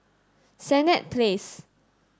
Senett Place